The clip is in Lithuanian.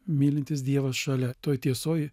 mylintis dievas šalia toj tiesoj